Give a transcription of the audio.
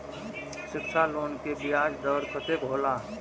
शिक्षा लोन के ब्याज दर कतेक हौला?